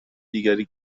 دیگری